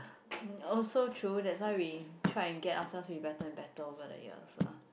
also true that's why we try to get ourselves better and better over the years